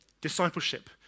discipleship